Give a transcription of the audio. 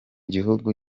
gihugu